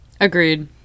agreed